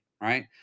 right